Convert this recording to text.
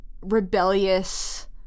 rebellious